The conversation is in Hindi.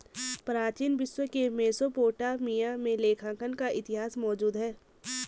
प्राचीन विश्व के मेसोपोटामिया में लेखांकन का इतिहास मौजूद है